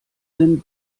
denn